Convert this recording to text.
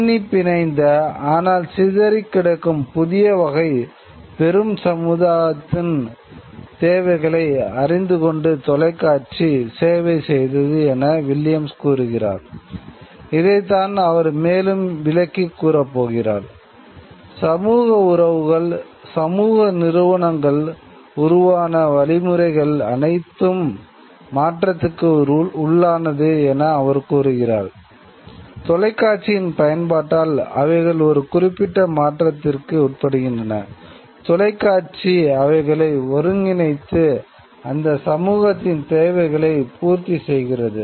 பின்னிப்பிணைந்த ஆனால் சிதறிகிடக்கும் புதிய வகை பெரும் சமுதாயத்தின் தேவைகளை அறிந்துக் கொண்டு தொலைக்காட்சி அவைகளை ஒருங்கிணைத்து அந்த சமூகத்தின் தேவைகளைப் பூர்த்தி செய்கிறது